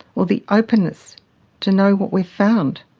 or the openness to know what we've found.